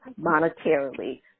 monetarily